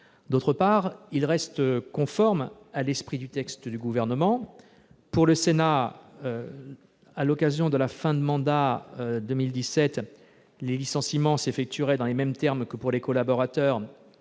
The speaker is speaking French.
D'autre part, il reste conforme à l'esprit du texte du Gouvernement. Pour les sénateurs dont le mandat se termine en 2017, les licenciements s'effectueraient dans les mêmes termes que pour un collaborateur